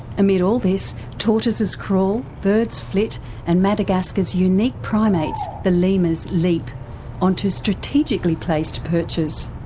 amid all this, tortoises crawl, birds flit and madagascar's unique primates, the lemurs, leap onto strategically placed perches.